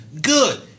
Good